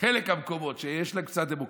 בחלק מהמקומות שיש בהם קצת דמוקרטיה,